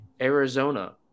Arizona